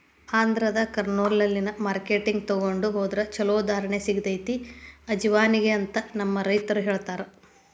ಆಂಧ್ರದ ಕರ್ನೂಲ್ನಲ್ಲಿನ ಮಾರ್ಕೆಟ್ಗೆ ತೊಗೊಂಡ ಹೊದ್ರ ಚಲೋ ಧಾರಣೆ ಸಿಗತೈತಿ ಅಜವಾನಿಗೆ ಅಂತ ನಮ್ಮ ರೈತರು ಹೇಳತಾರ